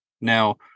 Now